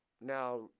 Now